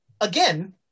again